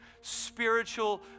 spiritual